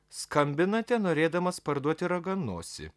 skambinate norėdamas parduoti raganosį